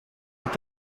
est